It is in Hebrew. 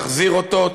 תחזיר אותו,